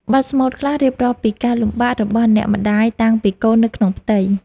បទស្មូតខ្លះរៀបរាប់ពីការលំបាករបស់អ្នកម្ដាយតាំងពីកូននៅក្នុងផ្ទៃ។